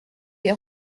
des